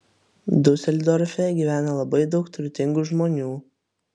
diuseldorfe gyvena labai daug turtingų žmonių